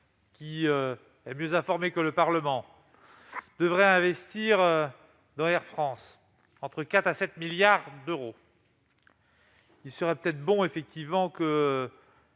qui est mieux informée que le Parlement devrait investir dans Air France, entre 4 à 7 milliards d'euros. Il serait peut-être bon effectivement que